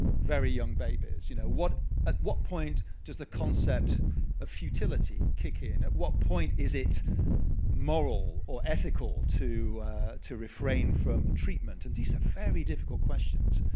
very young babies, you know, at what point does the concept of futility kick in? at what point is it moral or ethical to to refrain from treatment? and these are very difficult questions.